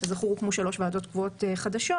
כזכור, הוקמו שלוש ועדות קבועות חדשות